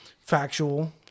factual